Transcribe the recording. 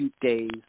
days